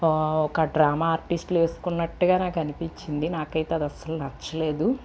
ఒక డ్రామా ఆర్టిస్ట్లు వేసుకున్నట్టుగా నాకు అనిపించింది నాకైతే అదస్సలు నచ్చలేదు